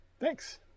Thanks